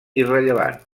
irrellevant